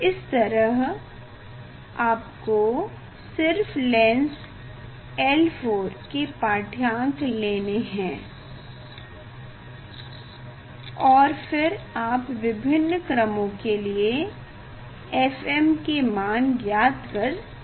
इस तरह आपको सिर्फ लेंस L4 के पाठ्यांक लेने हैं और फिर आप विभिन्न क्रमों के लिए fm के मान ज्ञात कर सकते हैं